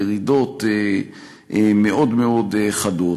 ירידות מאוד מאוד חדות.